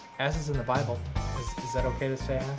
ass is in the bible is that okay to say